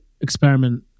experiment